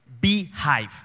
beehive